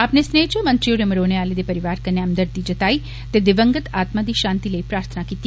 अपने स्नेहे च मंत्री होरें मरोने आले दे परिवार कन्नै हमदर्दी जताई ते दिवंगत आत्मा दी शांति लेई प्रार्थना कीती